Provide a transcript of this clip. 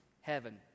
Heaven